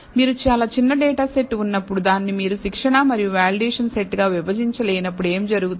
మీరు చాలా చిన్న డేటా సెట్ ఉన్నప్పుడు దాన్ని మీరు శిక్షణ మరియు వాలిడేషన్ సెట్ గా విభజించ లేనప్పుడు ఏమి జరుగుతుంది